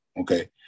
Okay